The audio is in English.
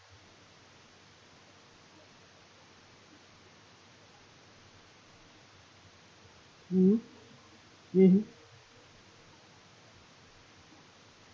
mm hmm mm hmm